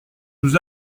nous